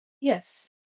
Yes